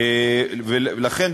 ולכן,